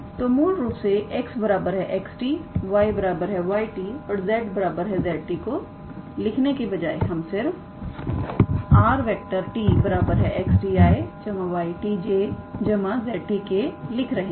तोमूल रूप से 𝑥 𝑥𝑡 𝑦 𝑦𝑡 और 𝑧 𝑧𝑡 लिखने के बजाय हम सिर्फ 𝑟⃗𝑡 𝑥𝑡𝑖̂ 𝑦𝑡𝑗̂ 𝑧𝑡𝑘̂ लिख रहे हैं